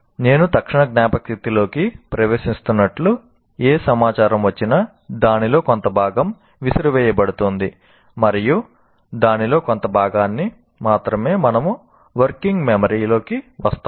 నేను తక్షణ జ్ఞాపకశక్తిలోకి ప్రవేశిస్తున్నట్లు ఏ సమాచారం వచ్చినా దానిలో కొంత భాగం విసిరివేయబడుతుంది మరియు దానిలో కొంత భాగాన్ని మాత్రమే మనము వర్కింగ్ మెమరీ లోకి వస్తాము